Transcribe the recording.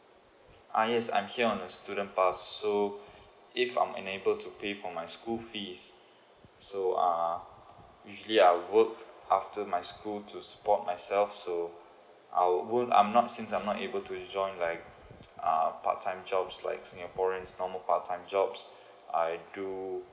uh yes I'm here on a student pass so if I'm enable to pay for my school fees so uh usually I will work after my school to support myself so I'll own I'm not since I'm not able to join like uh part time jobs like singaporeans normal part time jobs I do